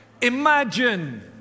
imagine